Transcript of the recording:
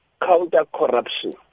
counter-corruption